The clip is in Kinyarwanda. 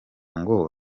ngo